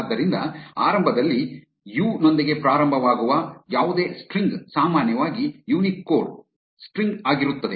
ಆದ್ದರಿಂದ ಆರಂಭದಲ್ಲಿ ಯು ನೊಂದಿಗೆ ಪ್ರಾರಂಭವಾಗುವ ಯಾವುದೇ ಸ್ಟ್ರಿಂಗ್ ಸಾಮಾನ್ಯವಾಗಿ ಯೂನಿಕೋಡ್ ಸ್ಟ್ರಿಂಗ್ ಆಗಿರುತ್ತದೆ